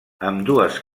ambdues